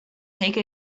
take